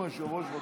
אם היושב-ראש רוצה.